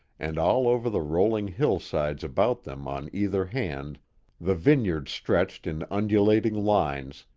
and all over the rolling hillsides about them on either hand the vineyards stretched in undulating lines,